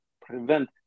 prevent